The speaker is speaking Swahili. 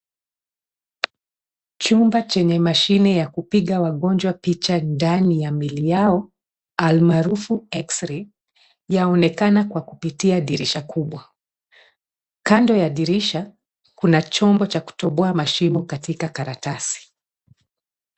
Chumba chenye mashine ya kupiga wagonjwa picha ndani ya miili yao almaarufu x-ray yanaonekana kwa kupitia dirisha kubwa. Kando ya dirisha kuna chombo cha kutoboa mashimo katika karatasi.